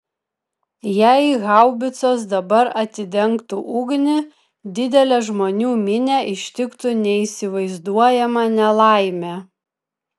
jei haubicos dabar atidengtų ugnį didelę žmonių minią ištiktų neįsivaizduojama nelaimė